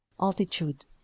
altitude